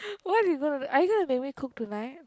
what you gonna do are you gonna make me cook tonight